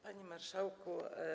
Panie Marszałku!